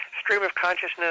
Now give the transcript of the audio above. stream-of-consciousness